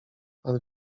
pan